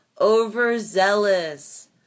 overzealous